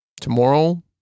Tomorrow